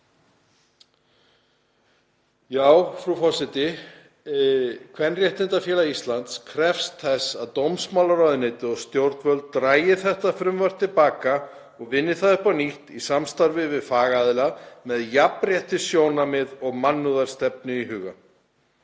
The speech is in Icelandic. eða heimaland. Kvenréttindafélags Íslands krefst þess að dómsmálaráðuneytið og stjórnvöld dragi þetta frumvarp til baka og vinni það upp á nýtt í samstarfi við fagaðila með jafnréttissjónarmið og mannúðarstefnu íhuga.